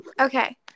okay